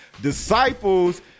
Disciples